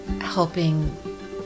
helping